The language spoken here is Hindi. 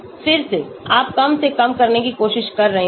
फिर से आप कम से कम करने की कोशिश कर रहे हैं